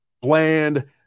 Bland